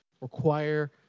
require